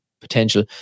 potential